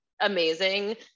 Amazing